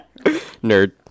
Nerd